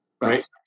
Right